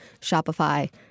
Shopify